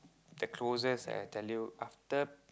the closest I can tell you after